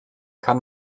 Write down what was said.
kann